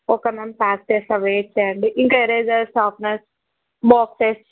okay ma'am pack చేస్తాను wait చేయండి ఇంకా ఎరేజర్స్ షార్ప్నర్స్ బాక్సెస్